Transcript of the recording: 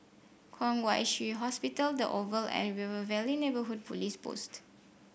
Kwong Wai Shiu Hospital the Oval and River Valley Neighbourhood Police Post